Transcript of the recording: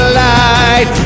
light